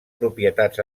propietats